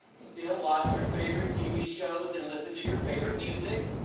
still watch your favorite tv shows and listen to your favorite music,